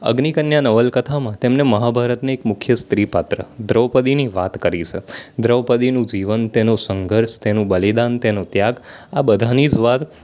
અગ્નિ કન્યા નવલકથામાં તેમને મહાભારતનું એક મુખ્ય સ્ત્રી પાત્ર દ્રૌપદીની વાત કરી છે દ્રૌપદીનું જીવન તેનું સંઘર્ષ તેનું બલિદાન તેનો ત્યાગ આ બધાની જ વાત